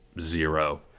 zero